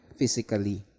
physically